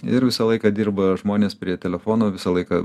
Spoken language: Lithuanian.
ir visą laiką dirba žmonės prie telefono visą laiką